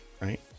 right